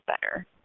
better